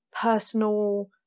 personal